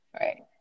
Right